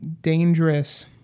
dangerous